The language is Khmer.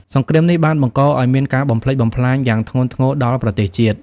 សង្គ្រាមនេះបានបង្កឱ្យមានការបំផ្លិចបំផ្លាញយ៉ាងធ្ងន់ធ្ងរដល់ប្រទេសជាតិ។